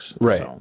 Right